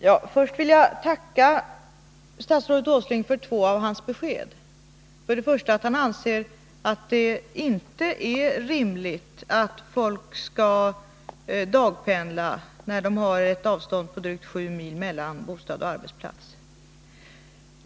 Herr talman! Först vill jag tacka statsrådet Åsling för två av hans besked. Till att börja med säger herr Åsling att han anser att det inte är rimligt att folk skall dagpendla när de har ett avstånd på drygt sju mil mellan bostad och arbetsplats.